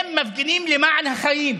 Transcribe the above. הם מפגינים למען החיים,